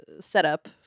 setup